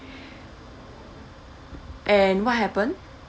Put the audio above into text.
and what happened